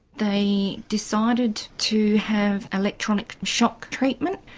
they decided to have electronic shock treatment.